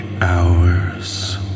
hours